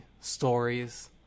stories